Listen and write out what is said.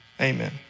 amen